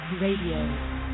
Radio